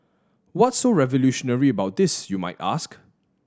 what's so revolutionary about this you might ask